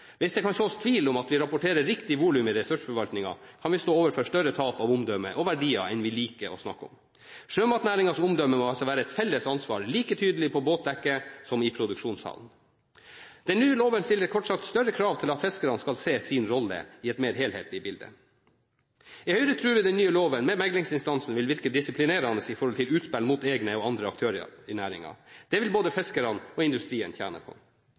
Hvis det kan sås tvil om hvorvidt vi rapporterer riktig volum i ressursforvaltningen, kan vi stå overfor større tap av omdømme og verdier enn vi liker å snakke om. Sjømatnæringens omdømme må altså være et felles ansvar – like tydelig på båtdekket som i produksjonshallen. Den nye loven stiller kort sagt større krav til at fiskerne skal se sin rolle i et mer helhetlig bilde. I Høyre tror vi at den nye loven, med meklingsinstansen, vil virke disiplinerende når det gjelder utspill mot egne og andre aktører i næringen. Det vil både fiskerne og industrien tjene på.